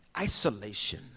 Isolation